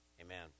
Amen